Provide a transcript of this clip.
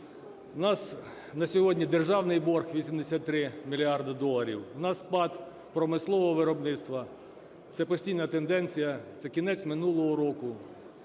У нас на сьогодні державний борг – 83 мільярди доларів, у нас спад промислового виробництва. Це постійна тенденція, це кінець минулого року: